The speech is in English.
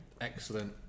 Excellent